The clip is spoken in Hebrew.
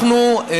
מה עם מדעי הרוח?